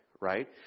right